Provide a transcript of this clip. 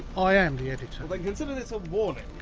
i am the editor. then consider this a warning.